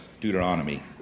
Deuteronomy